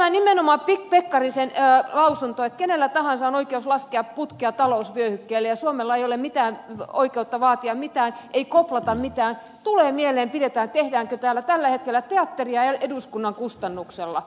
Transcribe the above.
tästä nimenomaan pekkarisen lausunnosta että kenellä tahansa on oikeus laskea putkea talousvyöhykkeelle ja suomella ei ole mitään oikeutta vaatia mitään ei koplata mitään tulee mieleen tehdäänkö täällä tällä hetkellä teatteria eduskunnan kustannuksella